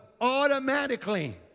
automatically